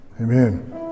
Amen